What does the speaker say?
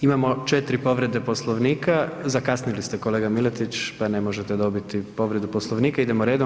Imamo 4 povrede Poslovnika, zakasnili ste kolega Miletić pa ne možete dobiti povredu Poslovnika, idemo redom.